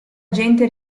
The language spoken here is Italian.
gente